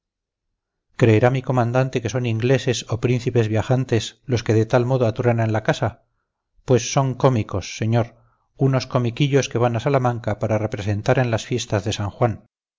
creerá mi comandante que son ingleses o príncipes viajantes los que de tal modo atruenan la casa pues son cómicos señor unos comiquillos que van a salamanca para representar en las fiestas de san juan